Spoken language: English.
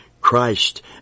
Christ